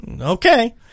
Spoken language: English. Okay